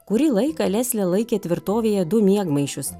kurį laiką leslė laikė tvirtovėje du miegmaišius